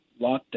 lockdown